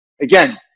again